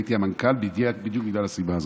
והייתי המנכ"ל בדיוק בגלל הסיבה הזאת.